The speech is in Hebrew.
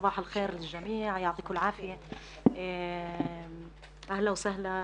בוקר טוב לכולם, אהלן וסהלן,